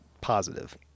positive